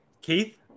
Keith